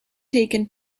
taken